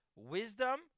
Wisdom